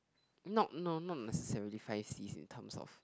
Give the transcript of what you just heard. not no not necessarily five Cs in terms of